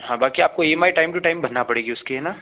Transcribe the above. हाँ बाकी आपको ईएमआई टाइम टू टाइम भरना पड़ेगी उसकी है ना